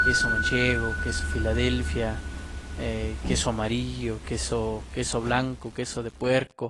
queso manchego, queso philadelphia, queso amarillo, queso-queso blanco, de puerco.